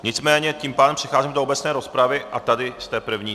Nicméně tím pádem přicházíme do obecné rozpravy a tady jste první.